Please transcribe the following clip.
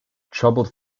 troubled